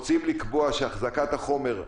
אנחנו רוצים לקבוע שהחזקת החומר,